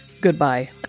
Goodbye